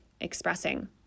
expressing